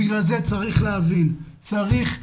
בגלל זה צריך להבין, צריך להפנים,